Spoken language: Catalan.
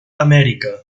amèrica